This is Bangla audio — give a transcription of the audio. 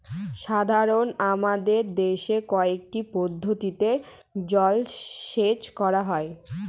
সাধারনত আমাদের দেশে কয়টি পদ্ধতিতে জলসেচ করা হয়?